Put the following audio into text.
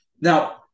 Now